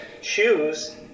choose